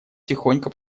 тихонько